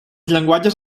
llenguatges